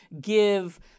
give